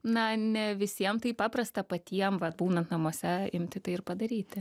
na ne visiem taip paprasta patiem va būnant namuose imti tai ir padaryti